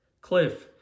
Cliff